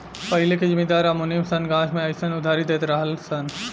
पहिले के जमींदार आ मुनीम सन गाछ मे अयीसन उधारी देत रहलन सन